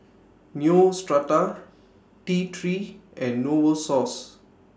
Neostrata T three and Novosource